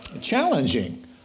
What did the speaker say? challenging